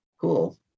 Cool